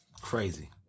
Crazy